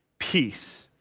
peace,